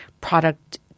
product